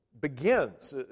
begins